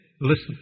Listen